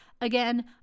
Again